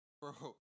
Bro